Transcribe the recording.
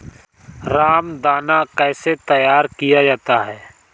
रामदाना कैसे तैयार किया जाता है?